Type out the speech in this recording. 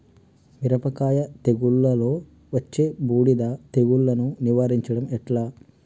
మిరపకాయ తెగుళ్లలో వచ్చే బూడిది తెగుళ్లను నివారించడం ఎట్లా?